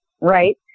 right